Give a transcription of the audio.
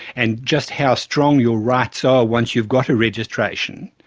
and just how strong your rights are once you've got a registration,